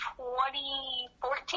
2014